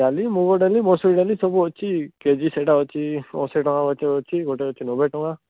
ଡାଲି ମୁଗ ଡାଲି ମସୁର ଡାଲି ସବୁଅଛି କେଜି ସେଗୁଡ଼ା ଅଛି ଅଶୀଟଙ୍କା ଗୋଟେ ଅଛି ଗୋଟେ ଅଛି ନବେଟଙ୍କା